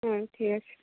হুম ঠিক আছে